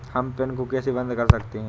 हम पिन को कैसे बंद कर सकते हैं?